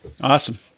Awesome